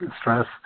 stress